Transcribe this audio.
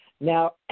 Now